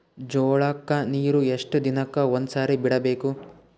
ಜೋಳ ಕ್ಕನೀರು ಎಷ್ಟ್ ದಿನಕ್ಕ ಒಂದ್ಸರಿ ಬಿಡಬೇಕು?